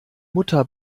mutter